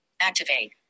Activate